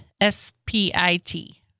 S-P-I-T